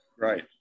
Right